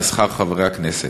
על שכר חברי הכנסת.